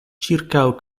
ĉirkaŭ